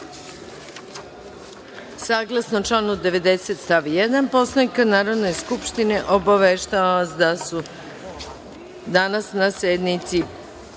reda. Saglasno članu 90. stav 1. Poslovnika Narodne skupštine, obaveštavam vas da su danas na sednici